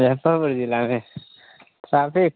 मुज़फ़्फ़रपुर ज़िले में ट्राफिक